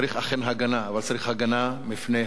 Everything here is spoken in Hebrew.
אבל צריך הגנה מפני הממשלה הזו.